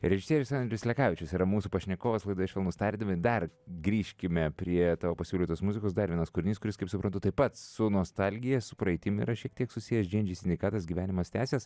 režisierius andrius lekavičius yra mūsų pašnekovas laidoje švelnūs tardymai dar grįžkime prie tavo pasiūlytos muzikos dar vienas kūrinys kuris kaip suprantu taip pat su nostalgija su praeitim yra šiek tiek susijęs džy en džy sindikatas gyvenimas tęsias